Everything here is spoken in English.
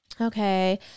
Okay